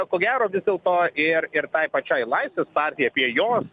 ko gero vis dėlto ir ir tai pačiai laisvės partija apie jos